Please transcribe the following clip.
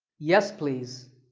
yes, please.